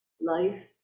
life